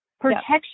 protection